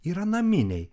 yra naminiai